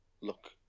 look